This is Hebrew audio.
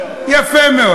יפה מאוד.